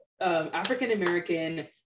african-american